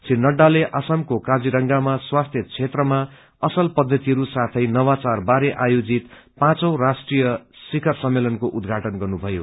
श्री नहाले असमको काजीरंगामा स्वास्थ्य क्षेत्रमा असल पद्धतिहरू साथै नवाचारबारे आयोजित पाचौं राष्ट्रीय शिखर सम्मेलनको उद्घाटन गर्नुभयो